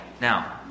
Now